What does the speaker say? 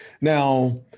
Now